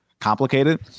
complicated